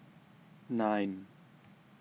nine